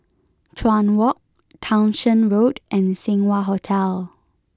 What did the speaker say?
Chuan Walk Townshend Road and Seng Wah Hotel